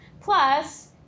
plus